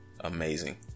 amazing